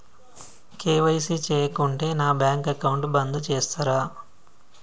KYC చేయకుంటే నా bank account బంద్ చేస్తరా?